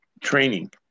training